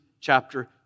chapter